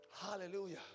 Hallelujah